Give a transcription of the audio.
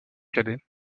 cadet